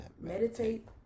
meditate